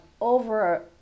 over